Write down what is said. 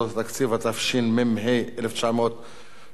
התשמ"ה 1985,